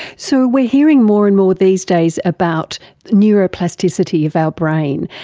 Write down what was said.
so we are hearing more and more these days about neuroplasticity of our brain.